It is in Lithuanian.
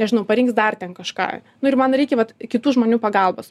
nežinau parinks dar ten kažką nu ir man reikia vat kitų žmonių pagalbos